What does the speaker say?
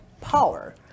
power